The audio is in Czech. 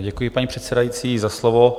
Děkuji, paní předsedající, za slovo.